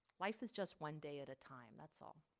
life is just one day at a time, that's all.